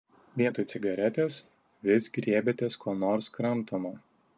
vietoj cigaretės vis griebiatės ko nors kramtomo